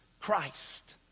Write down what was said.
Christ